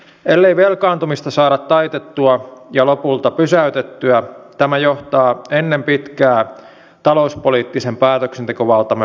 ellei velkaantumista saada taitettua ja lopulta pysäytettyä tämä johtaa ennen pitkää talouspoliittisen päätöksentekovaltamme menettämiseen